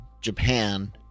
Japan